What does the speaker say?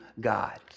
God